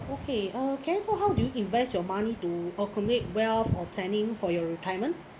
okay uh can you put how do you invest your money to accumulate wealth or planning for your retirement